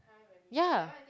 ya